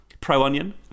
pro-onion